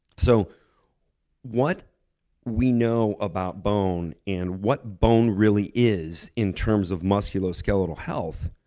so what we know about bone, and what bone really is in terms of musculoskeletal health,